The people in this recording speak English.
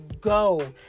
go